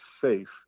safe